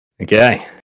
Okay